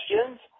questions